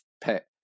pet